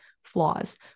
Flaws